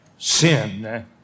sin